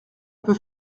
peut